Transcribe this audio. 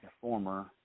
former –